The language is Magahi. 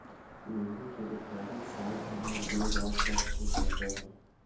नींबू के उत्पादन साल भर में दु बार तक हो सका हई